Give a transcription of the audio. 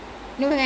ya